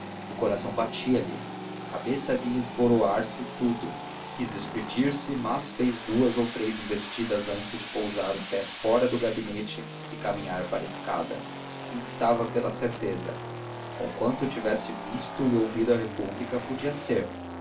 o coração batia-lhe a cabeça via esboroar se tudo quis despedir-se mas fez duas ou três investidas antes de pousar o pé fora do gabinete e caminhar para a escada instava pela certeza conquanto tivesse visto e ouvido a república podia ser